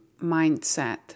mindset